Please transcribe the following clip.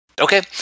Okay